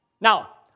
Now